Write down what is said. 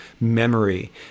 memory